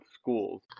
schools